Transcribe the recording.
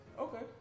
Okay